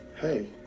Hey